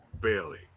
Bailey